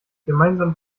gemeinsam